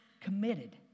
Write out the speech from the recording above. committed